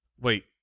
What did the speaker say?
Wait